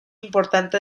importante